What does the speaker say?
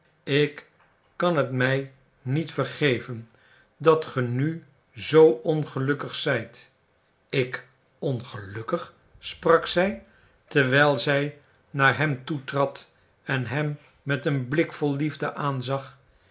ik kan het mij niet vergeven dat ge nu zoo ongelukkig zijt ik ongelukkig sprak zij terwijl zij naar hem toetrad en hem met een blik vol liefde aanzag